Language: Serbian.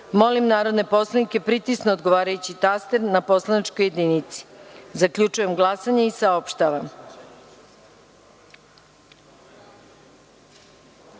narodne poslanike da pritisnu odgovarajući taster na poslaničkoj jedinici. Zaključujem glasanje i saopštavam: